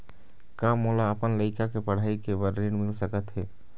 का मोला अपन लइका के पढ़ई के बर ऋण मिल सकत हे?